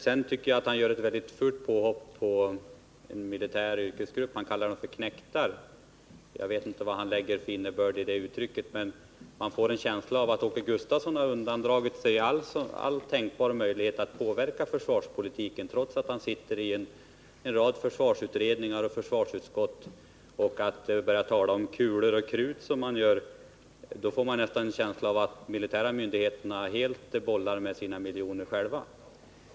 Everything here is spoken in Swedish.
Jag tycker att Åke Gustavsson gör ett fult påhopp på en militär yrkesgrupp när han kallar dem för knektar. Jag vet inte vilken innebörd han lägger i det uttrycket, men man får en känsla av att Åke Gustavsson har undandragit sig all tänkbar möjlighet att påverka försvarspolitiken, trots att han sitter i en rad försvarsutredningar och i försvarsutskottet. När han talar om kulor och krut får man nästan en känsla av att de militära myndigheterna helt bollar med sina miljoner själva.